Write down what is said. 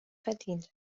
verdient